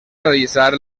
realitzar